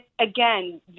Again